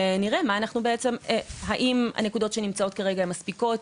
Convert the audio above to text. ונראה האם הנקודות שנמצאות כרגע מספיקות,